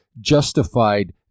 justified